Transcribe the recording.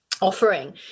offering